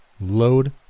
load